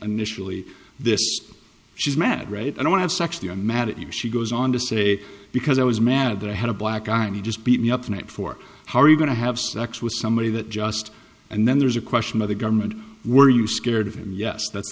initially this she's mad right i don't have sex the i'm mad at you she goes on to say because i was mad that i had a black eye and he just beat me up tonight for how are you going to have sex with somebody that just and then there's a question of the government were you scared of him yes that's